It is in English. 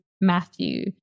Matthew